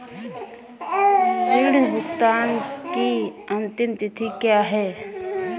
ऋण भुगतान की अंतिम तिथि क्या है?